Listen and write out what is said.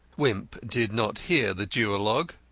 wimp did not hear the duologue.